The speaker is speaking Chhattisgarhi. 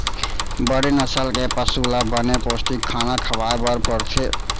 बड़े नसल के पसु ल बने पोस्टिक खाना खवाए बर परथे